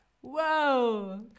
whoa